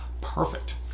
perfect